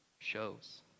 Shows